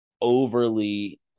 overly